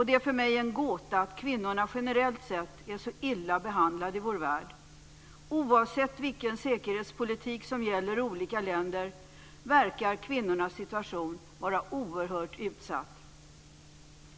Det är för mig en gåta att kvinnorna generellt sett är så illa behandlade i vår värld. Oavsett vilken säkerhetspolitik som gäller i olika länder verkar kvinnornas situation vara oerhört utsatt.